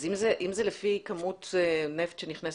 אז אם זה לפי כמות נפט שנכנסת,